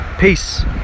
peace